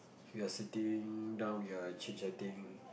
we are sitting down we are chit-chatting